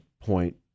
point